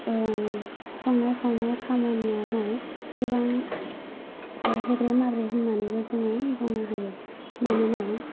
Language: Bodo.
संनाय खावनाय खामानियाहाय गोबां हेब्रे माब्रे होन्नानैबो जोङो बुंनो हायो मानोना